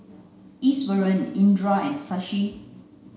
Iswaran Indira and Shashi